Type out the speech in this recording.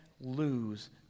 lose